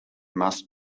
must